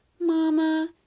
mama